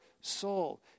soul